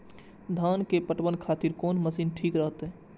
धान के पटवन के खातिर कोन मशीन ठीक रहते?